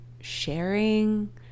sharing